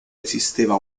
esisteva